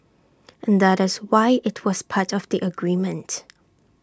and that is why IT was part of the agreement